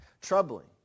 troubling